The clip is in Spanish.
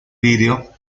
video